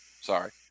Sorry